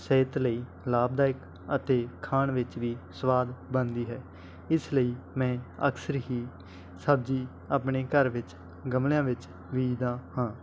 ਸਿਹਤ ਲਈ ਲਾਭਦਾਇਕ ਅਤੇ ਖਾਣ ਵਿੱਚ ਵੀ ਸਵਾਦ ਬਣਦੀ ਹੈ ਇਸ ਲਈ ਮੈਂ ਅਕਸਰ ਹੀ ਸਬਜ਼ੀ ਆਪਣੇ ਘਰ ਵਿੱਚ ਗਮਲਿਆਂ ਵਿੱਚ ਬੀਜਦਾ ਹਾਂ